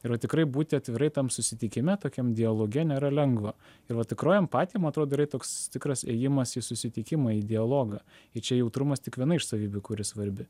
ir va tikrai būti atvirai tam susitikime tokiam dialoge nėra lengva ir va tikroji empatija man atrodo yra toks tikras ėjimas į susitikimą į dialogą tai čia jautrumas tik viena iš savybių kuri svarbi